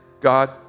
God